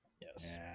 Yes